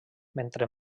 mentre